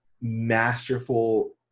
masterful